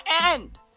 end